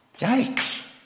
Yikes